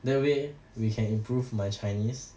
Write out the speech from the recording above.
that way we can improve my chinese